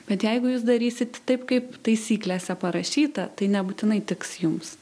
bet jeigu jūs darysit taip kaip taisyklėse parašyta tai nebūtinai tiks jums